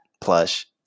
plush